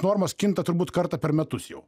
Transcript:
normos kinta turbūt kartą per metus jau